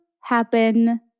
happen